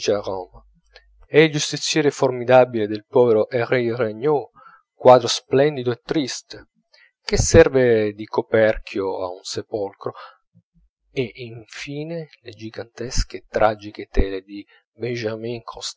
e il giustiziere formidabile del povero henri regnault quadro splendido e triste che serve di coperchio a un sepolcro e in fine le gigantesche e tragiche tele di